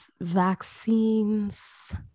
vaccines